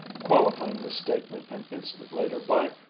qualifying this statement an instant later by,